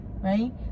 right